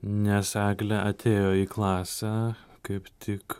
nes eglė atėjo į klasę kaip tik